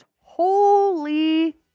Holy